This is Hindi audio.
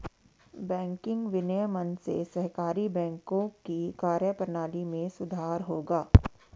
बैंकिंग विनियमन से सहकारी बैंकों की कार्यप्रणाली में सुधार होगा